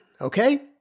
okay